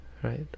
Right